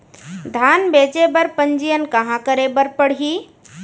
धान बेचे बर पंजीयन कहाँ करे बर पड़ही?